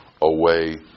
away